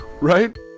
right